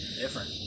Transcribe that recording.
Different